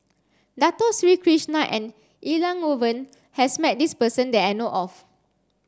Dato Sri Krishna and Elangovan has met this person that I know of